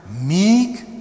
meek